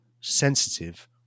sensitive